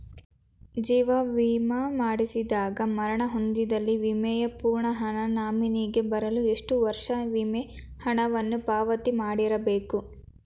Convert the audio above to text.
ಜೀವ ವಿಮಾ ಮಾಡಿಸಿದಾಗ ಮರಣ ಹೊಂದಿದ್ದಲ್ಲಿ ವಿಮೆಯ ಪೂರ್ಣ ಹಣ ನಾಮಿನಿಗೆ ಬರಲು ಎಷ್ಟು ವರ್ಷ ವಿಮೆ ಹಣವನ್ನು ಪಾವತಿ ಮಾಡಿರಬೇಕು?